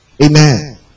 Amen